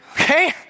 Okay